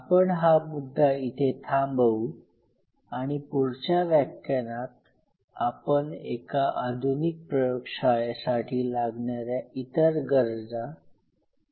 आपण हा मुद्दा इथे थांबवू आणी पुढच्या व्याख्यानात आपण एका आधुनिक प्रयोगशाळेसाठी लागणाऱ्या इतर गरजा